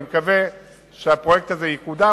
אני מקווה שהפרויקט הזה יקודם.